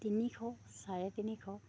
তিনিশ চাৰে তিনিশ